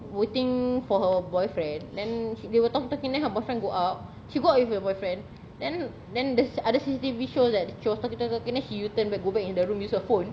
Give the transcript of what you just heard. waiting for her boyfriend then they were talking talking then her boyfriend go out she go out with her boyfriend then then there's ada C_C_T_V show that she was talking talking talking then she U-turn back go back in the room use her phone